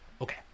Okay